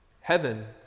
heaven